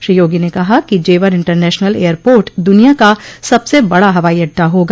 श्री योगी ने कहा कि जेवर इंटरनेशनल एयरपोर्ट दुनिया का सबसे बड़ा हवाई अड्डा होगा